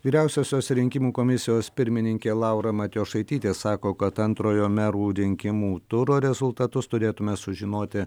vyriausiosios rinkimų komisijos pirmininkė laura matijošaitytė sako kad antrojo merų rinkimų turo rezultatus turėtume sužinoti